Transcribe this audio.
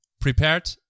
prepared